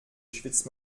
schwitzt